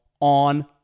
on